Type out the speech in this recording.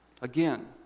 Again